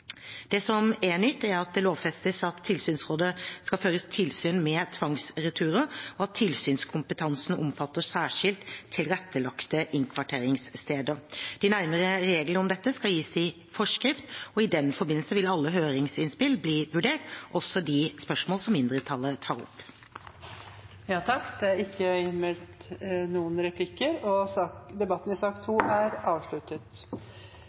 Det som er nytt, er at det lovfestes at tilsynsrådet skal føre tilsyn med tvangsreturer, og at tilsynskompetansen omfatter særskilt tilrettelagte innkvarteringssteder. Nærmere regler om dette skal gis i forskrift, og i den forbindelse vil alle høringsinnspill bli vurdert, også de spørsmålene som mindretallet tar opp. Flere har ikke bedt om ordet til sak